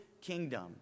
kingdom